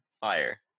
fire